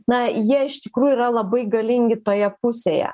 na jie iš tikrųjų yra labai galingi toje pusėje